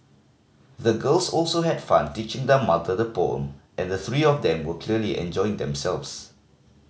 the girls also had fun teaching their mother the poem and the three of them were clearly enjoying themselves